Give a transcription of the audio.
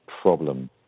problem